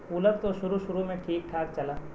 cooler تو شروع شروع میں ٹھیک ٹھاک چلا